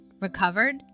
recovered